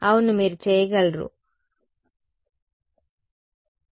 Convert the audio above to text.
అవును మీరు చేయగలరు Huygen